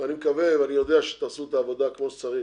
מקווה ויודע שתעשו את העבודה כמו שצריך.